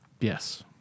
Yes